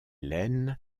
lene